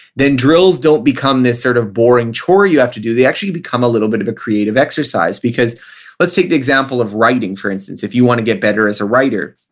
then drills don't become this sort of boring chore you have to do. they actually become a little bit of a creative exercise let's take the example of writing for instance. if you want to get better as a writer,